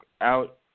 out